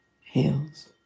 heals